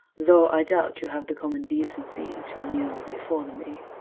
though i doubt you have the common decency to kneel before me.